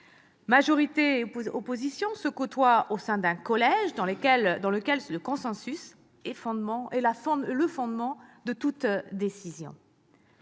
Majorité et opposition se côtoient au sein d'un collège dans lequel le consensus est au fondement de toutes les décisions.